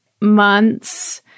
months